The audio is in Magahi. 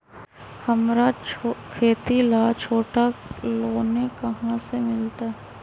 हमरा खेती ला छोटा लोने कहाँ से मिलतै?